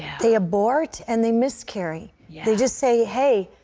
they abort and they miscarry. they just say, hey,